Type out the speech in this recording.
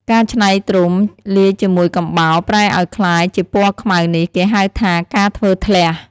ការច្នៃត្រុំលាយជាមួយកំបោរ ប្រែឱ្យក្លាយជាពណ៌ខ្មៅនេះ គេហៅថា "ការធ្វើធ្លះ"។